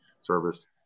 service